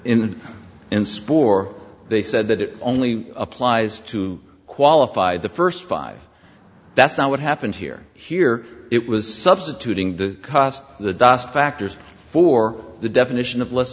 in in s'pore they said that it only applies to qualify the first five that's not what happened here here it was substituting the cause of the dust factors for the definition of l